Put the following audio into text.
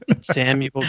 Samuel